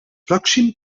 pròxim